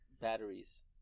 batteries